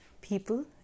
people